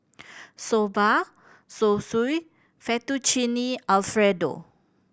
Soba Zosui Fettuccine Alfredo